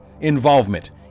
involvement